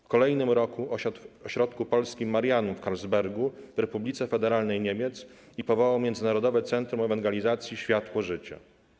W kolejnym roku osiadł w ośrodku polskim Marianum w Carlsbergu w Republice Federalnej Niemiec i powołał Międzynarodowe Centrum Ewangelizacji Światło-Życie.